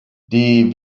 die